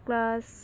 class